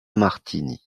martini